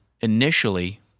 initially